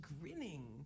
grinning